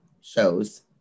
shows